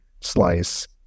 Slice